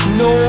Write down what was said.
no